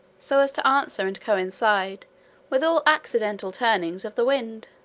so as to answer and coincide with all accidental turnings of the wind.